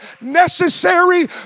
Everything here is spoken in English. necessary